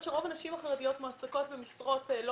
שרוב הנשים החרדיות מועסקות במשרות לא